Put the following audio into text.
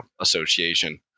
association